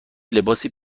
لباسی